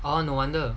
oh no wonder